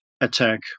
attack